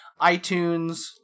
iTunes